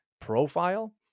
profile